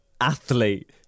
athlete